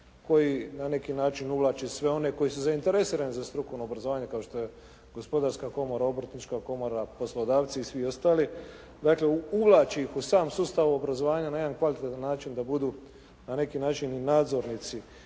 koji na neki način uvlači sve one koji su zainteresirani za strukovno obrazovanje kao što je Gospodarska komora, Obrtnička komora, poslodavci i svi ostali. Dakle, uvlači ih u sam sustav obrazovanja na način da budu na neki način nadzornici